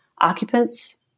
occupant's